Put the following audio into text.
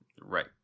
Right